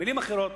במלים אחרות,